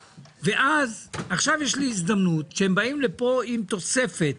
ועכשיו יש לי הזדמנות, כשהם באים לפה עם תוספת